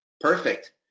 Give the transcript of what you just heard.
Perfect